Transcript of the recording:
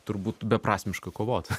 turbūt beprasmiška kovot